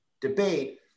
debate